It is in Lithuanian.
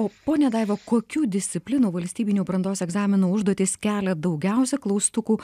o ponia daiva kokių disciplinų valstybinių brandos egzaminų užduotys kelia daugiausia klaustukų